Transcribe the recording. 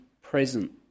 present